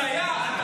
זו הזיה, את הזיה.